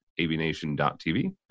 Aviation.tv